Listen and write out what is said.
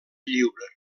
lliure